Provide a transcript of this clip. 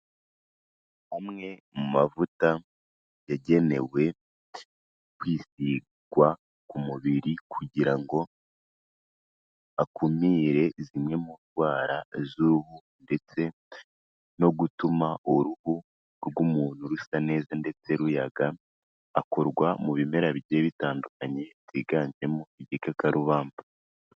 Amwe mu mavuta yagenewe kwisigwa ku mubiri kugira ngo akumire zimwe mu ndwara z'uruhu ndetse no gutuma uruhu rw'umuntu rusa neza ndetse ruyaga, akorwa mu bimera bijye bitandukanye higanjemo igikakarubamba.